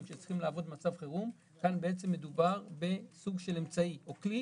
שצריכים לעבוד במצב חירום כאן מדובר בסוג של אמצעי או כלי